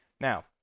Now